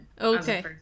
Okay